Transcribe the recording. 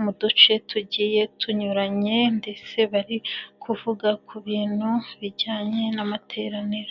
mu duce tugiye tunyuranye ndetse bari kuvuga ku bintu bijyanye n'amateraniro.